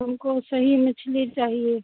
तो हमको सही मछली चाहिए